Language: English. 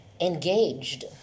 engaged